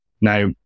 now